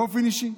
באופן אישי,